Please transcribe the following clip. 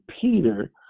Peter